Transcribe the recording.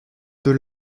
deux